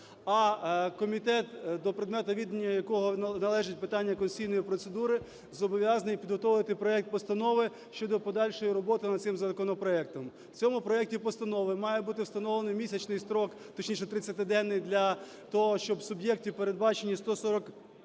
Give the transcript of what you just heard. а комітет, до предмету відання якого належить питання конституційної процедури, зобов'язаний підготувати проект постанови щодо подальшої роботи над цим законопроектом. В цьому проекті постанови має бути встановлений місячний строк, точніше 30-денний, для того, щоб суб'єкти, передбачені 142